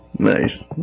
Nice